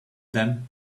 them